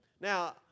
Now